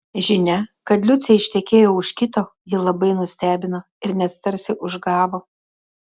žinia kad liucė ištekėjo už kito jį labai nustebino ir net tarsi užgavo